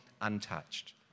untouched